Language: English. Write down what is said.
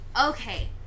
Okay